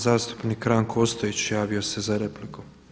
Zastupnik Ranko Ostojić javio se za repliku.